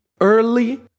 early